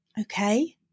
Okay